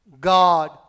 God